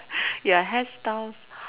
ya hairstyle